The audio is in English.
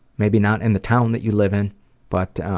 maybe not in the town that you live in but